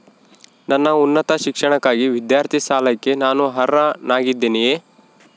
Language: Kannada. ನನ್ನ ಉನ್ನತ ಶಿಕ್ಷಣಕ್ಕಾಗಿ ವಿದ್ಯಾರ್ಥಿ ಸಾಲಕ್ಕೆ ನಾನು ಅರ್ಹನಾಗಿದ್ದೇನೆಯೇ?